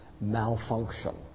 malfunction